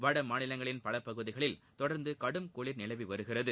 வட மாநிலங்களின் பல பகுதிகளில் தொடர்ந்து கடும் குளிர் நிலவி வருகிறது